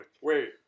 Wait